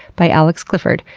by alex clifford.